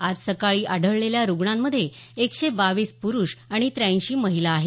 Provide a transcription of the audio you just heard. आज सकाळी आढळलेल्या रुग्णांमध्ये एकशे बावीस प्रूष आणि त्याऐंशी महिला आहेत